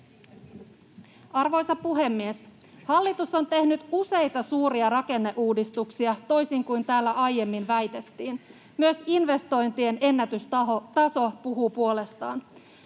Arvoisa puhemies! Hallitus on tehnyt useita suuria rakenneuudistuksia, toisin kuin täällä aiemmin väitettiin. Myös investointien ennätystaso puhuu puolestaan.